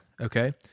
Okay